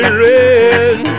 red